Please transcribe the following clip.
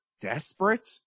desperate